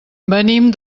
venim